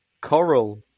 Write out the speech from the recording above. Coral